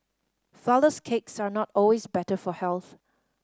flourless cakes are not always better for health